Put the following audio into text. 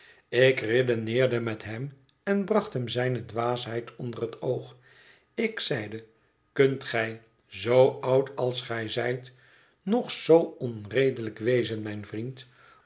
ik redeneerde met hem en bracht hem zijne dwaasheid onder het oog ik zeide kunt gij zoo oud als gij zijt nog zoo onredelijk wezen mijn vriend